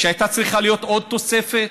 שהייתה צריכה להיות עוד תוספת.